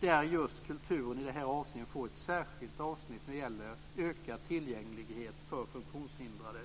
Där får kulturen just i det här avseendet ett särskilt avsnitt som gäller ökad tillgänglighet för funktionshindrade.